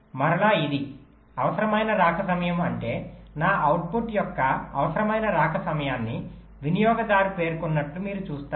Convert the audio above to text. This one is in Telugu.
మరలా ఇది అవసరమైన రాక సమయం అంటే నా అవుట్పుట్ యొక్క అవసరమైన రాక సమయాన్ని వినియోగదారు పేర్కొన్నట్లు మీరు చూస్తారు